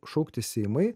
šaukti seimai